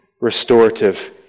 restorative